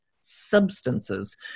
substances